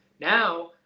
Now